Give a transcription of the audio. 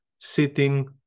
sitting